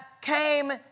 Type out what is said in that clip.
came